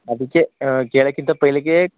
ಅದಕ್ಕೆ ಕೇಳಕ್ಕಿಂತ ಪೈಹ್ಲೆಕೇ